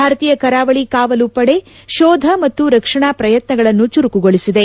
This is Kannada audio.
ಭಾರತೀಯ ಕರಾವಳಿ ಕಾವಲು ಪಡೆ ಶೋಧ ಮತ್ತು ರಕ್ಷಣಾ ಪ್ರಯತ್ನಗಳನ್ನು ಚುರುಕುಗೊಳಿಸಿದೆ